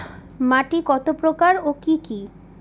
মাটি কত প্রকার ও কি কি?